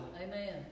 Amen